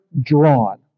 drawn